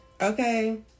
Okay